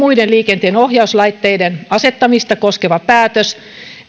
ja muiden liikenteen ohjauslaitteiden asettamista koskeva päätös